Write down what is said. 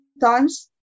times